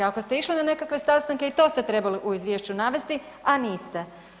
Ako ste išli na nekakve sastanke i to ste trebali u izvješću navesti, a niste.